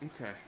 Okay